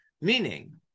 Meaning